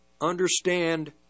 understand